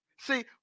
See